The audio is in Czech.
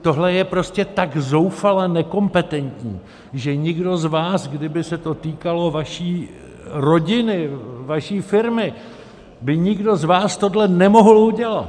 Tohle je prostě tak zoufale nekompetentní, že nikdo z vás, kdyby se to týkalo vaší rodiny, vaší firmy, by nikdo z vás tohle nemohl udělat!